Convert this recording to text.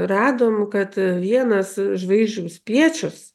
radome kad vienas žvaigždžių spiečius